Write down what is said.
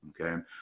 okay